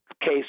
case